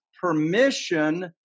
permission